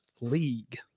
league